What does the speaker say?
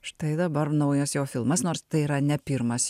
štai dabar naujas jo filmas nors tai yra ne pirmas